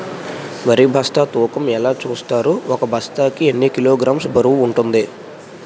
వరి బస్తా తూకం ఎలా చూస్తారు? ఒక బస్తా కి ఎన్ని కిలోగ్రామ్స్ బరువు వుంటుంది?